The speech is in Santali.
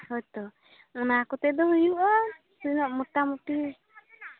ᱦᱳᱭ ᱛᱚ ᱚᱱᱟ ᱠᱚᱛᱮ ᱫᱚ ᱦᱩᱭᱩᱜᱼᱟ ᱛᱤᱱᱟᱹᱜ ᱢᱳᱴᱟᱢᱩᱴᱤ